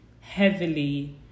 heavily